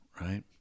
right